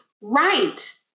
right